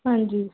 ਹਾਂਜੀ